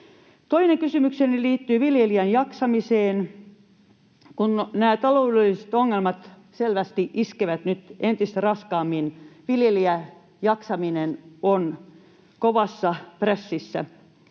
Toinen kysymykseni liittyy viljelijän jaksamiseen. Kun nämä taloudelliset ongelmat selvästi iskevät nyt entistä raskaammin, viljelijän jaksaminen on kovassa prässissä —